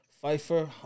Pfeiffer